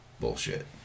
bullshit